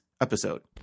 episode